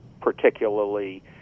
particularly